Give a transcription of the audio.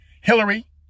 Hillary